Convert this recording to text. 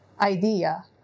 idea